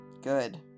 Good